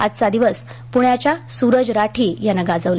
आजचा दिवस प्ण्याच्या स्रज राठी यानं गाजवला